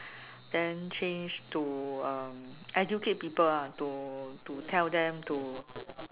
then change to uh educate people ah to to tell them to